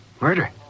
Murder